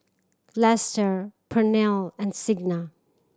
Lester Pernell and Signa